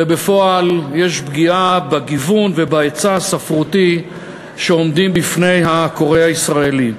ובפועל יש פגיעה בגיוון ובהיצע הספרותי שעומדים בפני הקורא הישראלי.